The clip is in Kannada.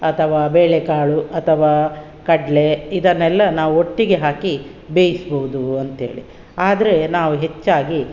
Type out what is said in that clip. ಅತವಾ ಬೇಳೆಕಾಳು ಅಥವಾ ಕಡಲೆ ಇದನ್ನೆಲ್ಲ ನಾವು ಒಟ್ಟಿಗೆ ಹಾಕಿ ಬೇಯಿಸ್ಬೋದು ಅಂತೇಳಿ ಆದರೆ ನಾವು ಹೆಚ್ಚಾಗಿ